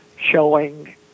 showing